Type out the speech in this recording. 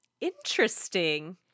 Interesting